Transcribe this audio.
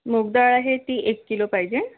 मूगडाळ आहे ती एक किलो पाहिजे